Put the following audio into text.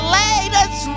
latest